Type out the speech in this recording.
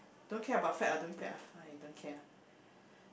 don't care about fat or don't fat lah !aiya! don't care lah